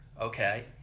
okay